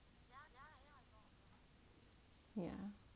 ya